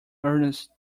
ernest